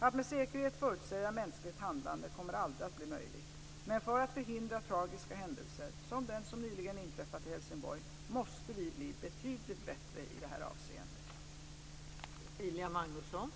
Att med säkerhet förutsäga mänskligt handlande kommer aldrig att bli möjligt men för att förhindra tragiska händelser, som den som nyligen inträffade i Helsingborg, måste vi bli betydligt bättre i detta avseende.